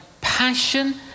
passion